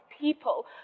people